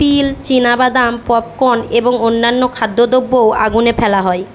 তিল চিনাবাদাম পপকর্ন এবং অন্যান্য খাদ্যদ্রব্যও আগুনে ফেলা হয়